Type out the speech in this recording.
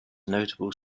notable